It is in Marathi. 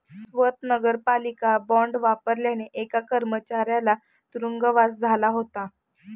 स्वत नगरपालिका बॉंड वापरल्याने एका कर्मचाऱ्याला तुरुंगवास झाला होता